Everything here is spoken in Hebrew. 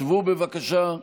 שבו, בבקשה.